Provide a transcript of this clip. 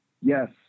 Yes